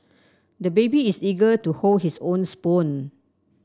the baby is eager to hold his own spoon